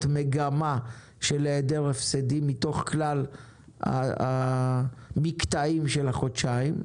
מגמה של היעדר הפסדים מתוך כלל המקטעים של החודשיים.